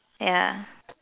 ya